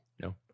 No